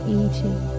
eating